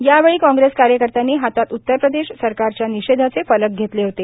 यावेळी काँग्रेस कार्यकर्त्यांनी हातात उत्तर प्रदेश सरकारच्या निषेधाचे फलक घेतले होते